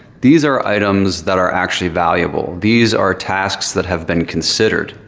these are items that are actually valuable. these are tasks that have been considered.